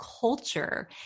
culture